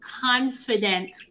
confident